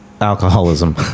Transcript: alcoholism